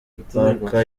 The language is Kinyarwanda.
parker